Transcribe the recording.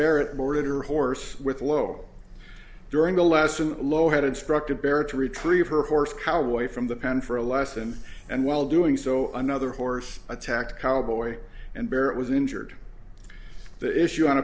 barrett moritur horse with low during the lesson low had instructed barrett to retrieve her horse cow away from the pen for a lesson and while doing so another horse attacked cowboy and barrett was injured the issue on